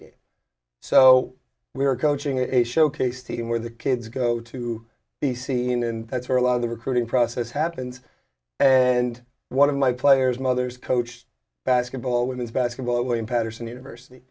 game so we're coaching a showcase team where the kids go to the scene and that's where a lot of the recruiting process happens and one of my players mothers coached basketball women's basketball in patterson university